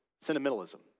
sentimentalism